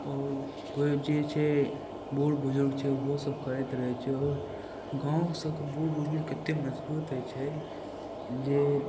आओर पैघ चीज छै बूढ़ बुजुर्ग छै ओहो सब करैत रहय छै आओर गाँवसँ तऽ बूढ़ बुजुर्ग एतेक मजबूत होइ छै जे